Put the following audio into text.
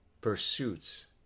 pursuits